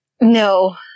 No